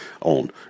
on